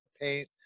paint